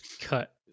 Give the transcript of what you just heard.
cut